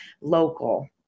local